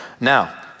Now